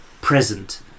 present